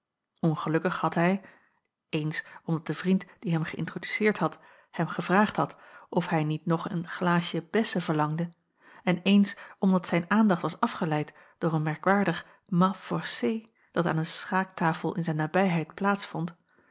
ongelukkig had hij eens omdat de vriend die hem geïntroduceerd had hem gevraagd had of hij niet nog een glaasje bessen verlangde en eens omdat zijn aandacht was afgeleid door een merkwaardig mat forcé dat aan een schaaktafel in zijn nabijheid